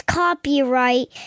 copyright